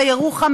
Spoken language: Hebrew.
בירוחם,